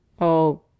Oh